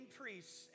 priests